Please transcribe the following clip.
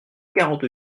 quarante